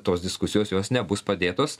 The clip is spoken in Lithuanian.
tos diskusijos jos nebus padėtos